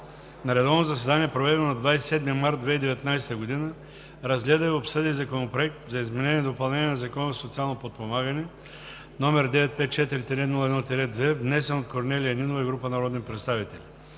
на редовно заседание, проведено на 27 март 2019 г., разгледа и обсъди Законопроект за изменение и допълнение на Закона за социално подпомагане, № 954-01-2, внесен от Корнелия Петрова Нинова и група народни представители